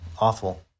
Awful